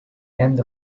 end